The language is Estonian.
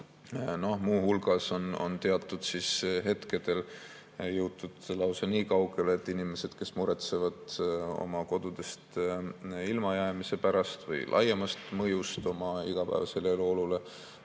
Muu hulgas on teatud hetkedel jõutud lausa nii kaugele, et inimesi, kes muretsevad oma kodudest ilmajäämise pärast või laiema mõju pärast oma igapäevasele elule,